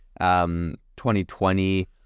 2020